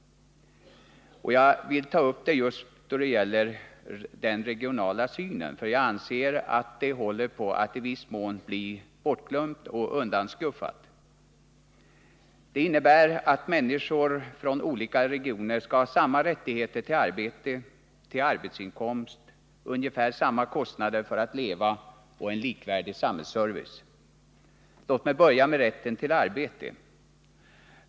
Jag vill ta upp detta tema just då det gäller den regionala synen, för jag anser att det håller på att i viss mån bli bortglömt och undanskuffat. Jämlikhet och rättvisa innebär att människor från olika regioner skall ha samma rättigheter till arbete, arbetsinkomster, ungefär samma kostnader för att leva och en likvärdig samhällsservice. Låt mig börja med rätten till arbete.